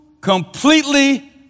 completely